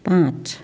पाँच